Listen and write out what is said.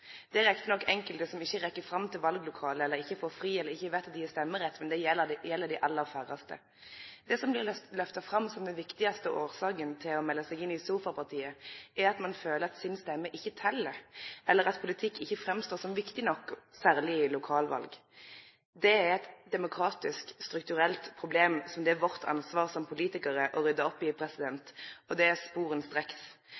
er riktig nok enkelte som ikkje rekk fram til vallokalet, ikkje får fri eller ikkje veit at dei har stemmerett, med det gjeld dei aller færraste. Det som blir lyfta fram som den viktigaste årsaka til å melde seg inn i sofapartiet, er at ein føler at eiga stemme ikkje tel, eller at politikk ikkje framstår som viktig nok, særleg i lokalval. Det er eit demokratisk, strukturelt problem som det er vårt ansvar som politikarar å rydde opp i